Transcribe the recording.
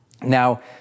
Now